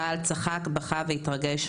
הקהל צחק, בכה והתרגש.